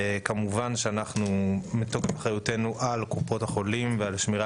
כמובן שמתוקף אחריותנו על קופות החולים ועל שמירה